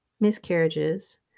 miscarriages